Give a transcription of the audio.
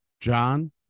John